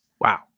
wow